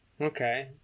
okay